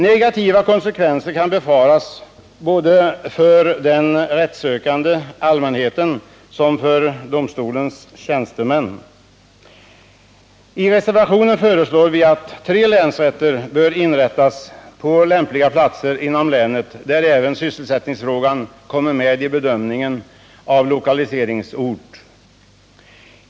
Negativa konsekvenser kan befaras såväl för den rättssökande allmänheten som för domstolens tjänstemän. I reservationen föreslår vi att tre länsrätter inrättas på lämpliga platser inom länet och att även sysselsättningsfrågan kommer med i bedömningen av lokaliseringsort.